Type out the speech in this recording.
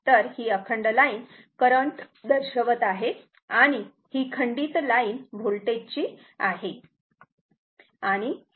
तर ही अखंड लाईन करंट दर्शवत आहे आणि ही खंडीत लाईन व्होल्टेजची आहे